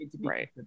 right